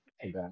Okay